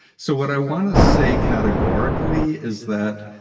so what i want to say categorically is that